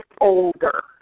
older